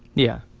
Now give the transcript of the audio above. yeah.